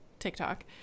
TikTok